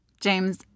James